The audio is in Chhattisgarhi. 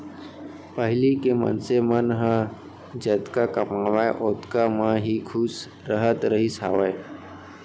पहिली के मनसे मन ह जतका कमावय ओतका म ही खुस रहत रहिस हावय